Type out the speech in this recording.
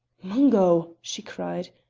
mungo! she cried,